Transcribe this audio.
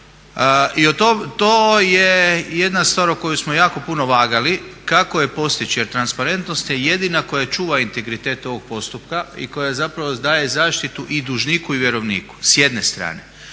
to je jedna stvar o kojoj smo jako puno vagali kako je postići jer transparentnost je jedina koja čuva integritet ovog postupka i koja zapravo daje zaštitu i dužniku i vjerovniku s jedne strane.